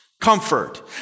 Comfort